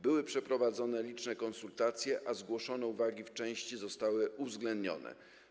Były przeprowadzone liczne konsultacje, a zgłoszone uwagi w części zostały uwzględnione.